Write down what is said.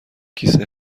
کیسه